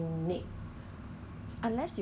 some factories actually